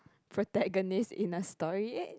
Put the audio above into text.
protagonist in a story